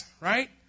right